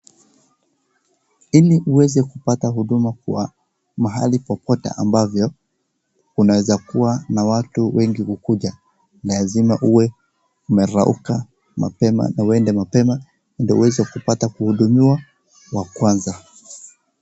Ili uweze kupata huduma kwa mahali popote ambavyo unaweza kuwa na watu wengi kukuja, lazima uwe umerauka mapema na uende mapema, ili uweze kupata kuhudumiwa wa kwanza.